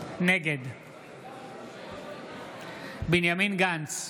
נגד בנימין גנץ,